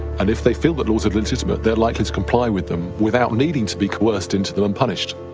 and if they feel that laws are legitimate, they're likely to comply with them without needing to be coerced into them and punished.